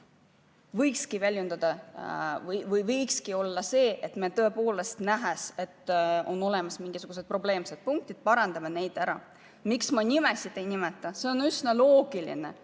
võiks ära parandada. Meie tahe võikski olla see, et me tõepoolest, nähes, et on olemas mingisugused probleemsed punktid, parandame need ära. See, miks ma nimesid ei nimeta, on üsna loogiline.